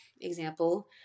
example